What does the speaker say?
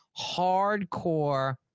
hardcore